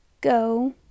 go